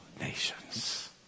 nations